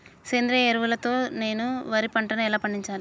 సేంద్రీయ ఎరువుల తో నేను వరి పంటను ఎలా పండించాలి?